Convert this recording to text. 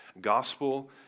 gospel